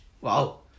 wow